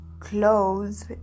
clothes